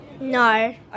No